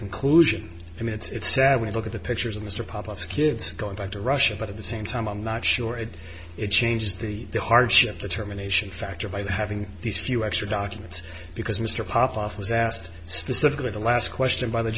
conclusion i mean it's sad when you look at the pictures of mr problems kids going back to russia but at the same time i'm not sure if it changes the hardship determination factor by having these few extra documents because mr popof was asked specifically the last question by the